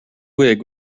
wig